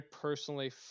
personally